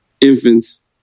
Infants